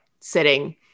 sitting